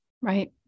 right